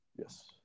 Yes